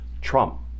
Trump